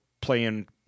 playing